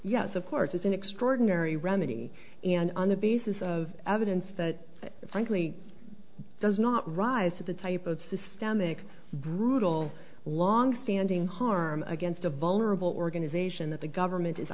yes of course it's an extraordinary remedy and on the basis of evidence that frankly does not rise to the type of systemic brutal long standing harm against a vulnerable organization that the government is